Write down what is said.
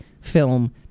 film